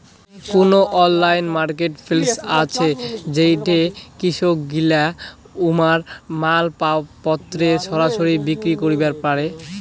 কুনো online marketplace আছে যেইঠে কৃষকগিলা উমার মালপত্তর সরাসরি বিক্রি করিবার পারে?